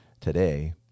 today